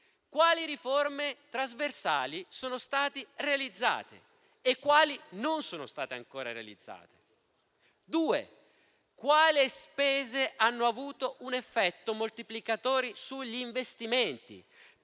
quali riforme trasversali sono state realizzate e quali non sono state ancora realizzate? Due: quali spese hanno avuto un effetto moltiplicatore sugli investimenti?